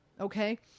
okay